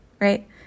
right